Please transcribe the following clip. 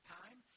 time